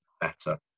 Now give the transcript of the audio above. better